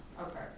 Okay